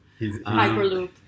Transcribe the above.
Hyperloop